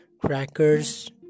crackers